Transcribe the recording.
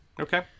Okay